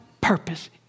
purpose